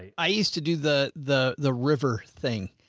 i used to do the, the the river thing.